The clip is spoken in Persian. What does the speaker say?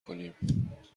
کنیم